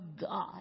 God